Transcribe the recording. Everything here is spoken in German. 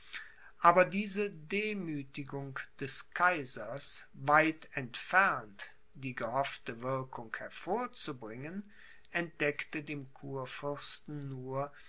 aber diese demüthigung des kaisers weit entfernt die gehoffte wirkung hervorzubringen entdeckte dem kurfürsten nur